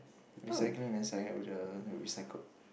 recycling then the recycled